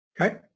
Okay